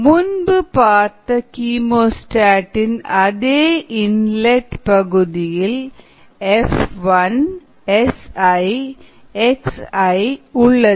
முன்பு பார்த்த கீமோஸ்டாட் இன் அதே இன் லட் பகுதியில் F1 Si xi உள்ளது